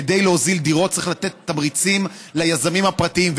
כדי להוזיל דירות צריך לתת תמריצים ליזמים הפרטיים.